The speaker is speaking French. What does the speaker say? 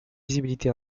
visibilité